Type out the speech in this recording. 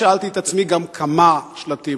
שאלתי את עצמי גם, כמה שלטים.